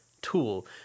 tool